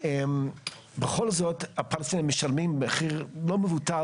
בכל זאת הפלסטינים משלמים מחיר לא מבוטל